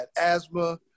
asthma